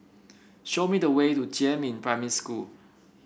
show me the way to Jiemin Primary School